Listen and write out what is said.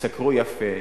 ישתכרו יפה,